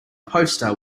poster